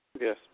Yes